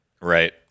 Right